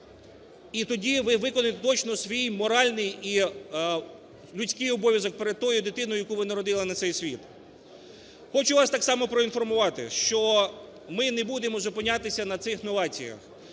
і тоді ви виконаєте точно свій моральний і людський обов'язок перед тою дитиною, яку ви народили на цей світ. Хочу вас так само проінформувати, що ми не будемо зупинятися на цих новаціях.